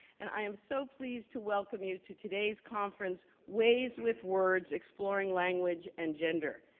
and i am so pleased to welcome you to today's conference, ways with words exploring language and gender.